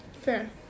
Fair